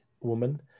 woman